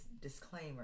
disclaimer